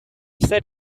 set